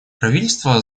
правительство